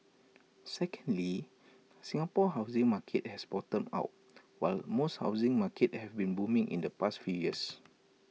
secondly Singapore's housing market has bottomed out while most housing markets have been booming in the past few years